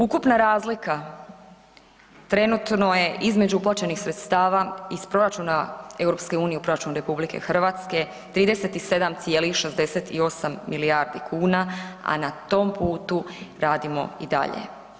Ukupna razlika trenutno je između uplaćenih sredstava iz proračuna EU u proračun RH 37,68 milijardi kuna, a na tom putu radimo i dalje.